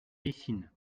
eysines